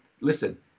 listen